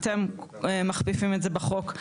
אתם מכפיפים את זה בחוק,